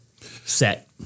set